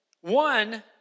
one